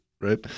Right